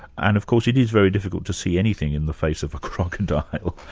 and of course it is very difficult to see anything in the face of a crocodile.